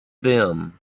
them